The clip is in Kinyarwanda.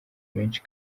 menshi